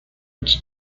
its